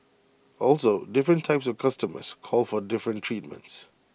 also different types of customers call for different treatments